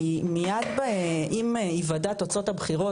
כי מיד עם היוודע תוצאות הבחירות,